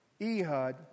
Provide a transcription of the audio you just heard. Ehud